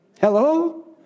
Hello